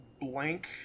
blank